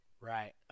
Right